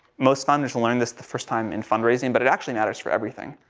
most funders learn this the first time in fundraising but it actually matters for everything.